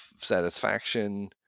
satisfaction